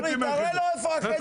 עומרי, תראה לו איפה החדר שלי.